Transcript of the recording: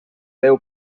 déu